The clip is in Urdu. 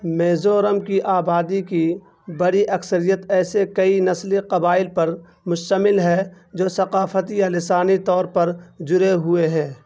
میزورم کی آبادی کی بڑی اکثریت ایسے کئی نسلی قبائل پر مشتمل ہے جو ثقافتی یا لسانی طور پر جڑے ہوئے ہیں